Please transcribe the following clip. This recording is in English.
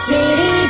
City